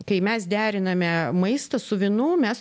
kai mes deriname maistą su vynu mes